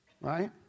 right